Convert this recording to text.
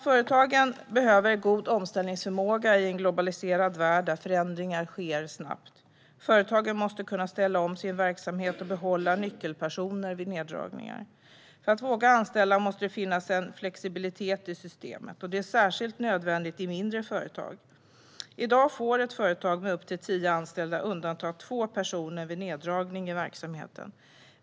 Företagen behöver en god omställningsförmåga i en globaliserad värld där förändringar sker snabbt. Företag måste kunna ställa om sin verksamhet och behålla nyckelpersoner vid neddragningar. För att man ska våga anställa måste det finnas en flexibilitet i systemet. Det är särskilt nödvändigt i mindre företag. I dag får ett företag med upp till tio anställda undanta två personer vid neddragning i verksamheten.